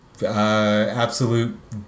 Absolute